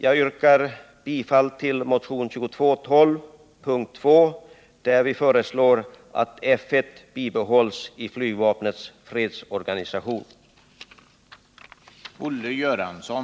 Jag yrkar bifall till motionen 2212 p. 2, där vi föreslår att F 1 bibehålls i flygvapnets fredsorganisation.